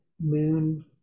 moon